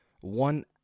One